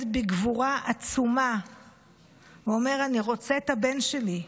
בגבורה עצומה ואומר: אני רוצה את הבן שלי,